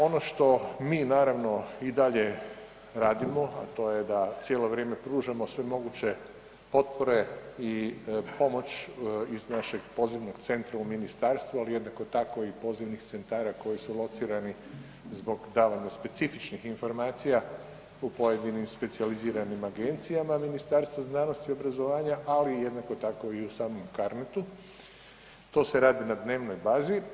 Ono što mi naravno i dalje radimo, a to je da cijelo vrijeme pružamo sve moguće potpore i pomoć iz našeg pozivnog centra u Ministarstvu, ali jednako tako i pozivnih centara koji su locirani zbog davanja specifičnih informacija u pojedinim specijaliziranim Agencijama Ministarstva znanosti i obrazovanja, ali i jednako tako i u samom CARNET-u, to se radi na dnevnoj bazi.